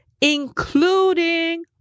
including